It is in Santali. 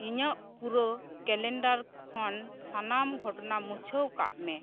ᱤᱧᱟᱹᱜ ᱯᱩᱨᱟᱹ ᱠᱮᱞᱮᱱᱰᱟᱨ ᱠᱷᱚᱱ ᱥᱟᱱᱟᱢ ᱜᱷᱚᱴᱚᱱᱟ ᱢᱩᱪᱷᱟᱹᱣ ᱠᱟᱜ ᱢᱮ